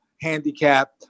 handicapped